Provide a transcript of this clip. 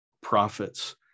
prophets